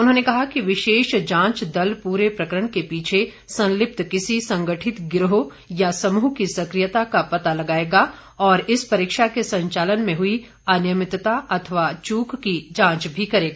उन्होंने कहा कि विशेष जांच दल पूरे प्रकरण के पीछे संलिप्त किसी संगठित गिरोह या समूह की सकियता का पता लगाएगा और इस परीक्षा के संचालन में हुई अनियमितता अथवा चूक की जांच भी करेगा